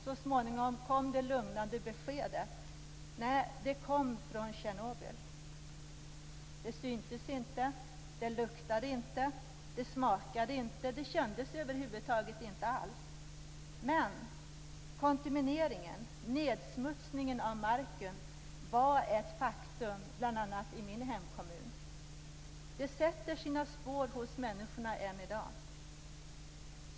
Så småningom kom det lugnande beskedet: Nej, det kom från Tjernobyl. Det syntes inte. Det luktade inte. Det smakade inte. Det kändes över huvud taget inte alls. Men kontamineringen, nedsmutsningen av marken, var ett faktum bl.a. i min hemkommun. Det sätter sina spår hos människorna än i dag.